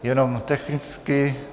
Jenom technicky.